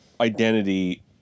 identity